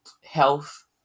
health